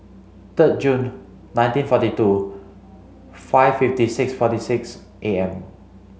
third June nineteen forty two five fifty six forty six A M